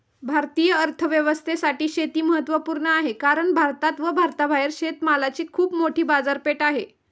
भारतीय अर्थव्यवस्थेसाठी शेती महत्वपूर्ण आहे कारण भारतात व भारताबाहेर शेतमालाची खूप मोठी बाजारपेठ आहे